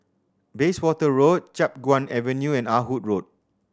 Bayswater Road Chiap Guan Avenue and Ah Hood Road